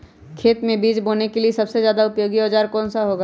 खेत मै बीज बोने के लिए सबसे ज्यादा उपयोगी औजार कौन सा होगा?